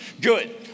good